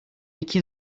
iki